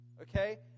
Okay